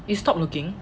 you stop looking